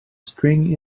string